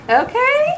okay